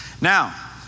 Now